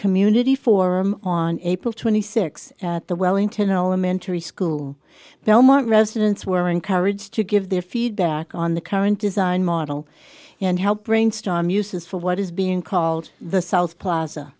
community forum on april twenty sixth at the wellington elementary school belmont residents were encouraged to give their feedback on the current design model and help brainstorm uses for what is being called the south plaza